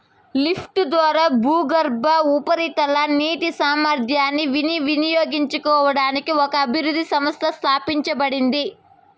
లిఫ్ట్ల ద్వారా భూగర్భ, ఉపరితల నీటి సామర్థ్యాన్ని వినియోగించుకోవడానికి ఒక అభివృద్ధి సంస్థ స్థాపించబడింది